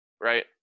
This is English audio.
right